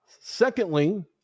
secondly